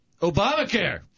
Obamacare